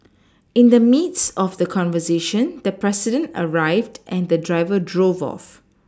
in the midst of the conversation the president arrived and the driver drove off